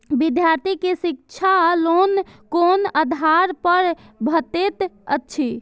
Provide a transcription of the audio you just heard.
विधार्थी के शिक्षा लोन कोन आधार पर भेटेत अछि?